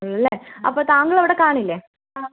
ആണല്ലേ അപ്പോൾ താങ്കൾ അവിടെ കാണില്ലേ ആ